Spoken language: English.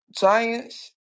Giants